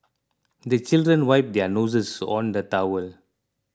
the children wipe their noses on the towel